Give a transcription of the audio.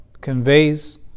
conveys